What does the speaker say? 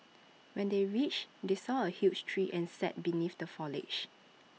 when they reached they saw A huge tree and sat beneath the foliage